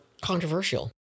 controversial